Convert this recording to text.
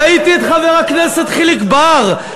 ראיתי את חבר הכנסת חיליק בר,